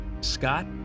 Scott